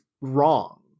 wrong